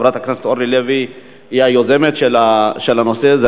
בעצם חברת הכנסת אורלי לוי היא היוזמת של הנושא הזה,